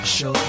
Show